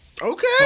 Okay